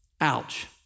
Ouch